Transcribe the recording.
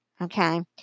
Okay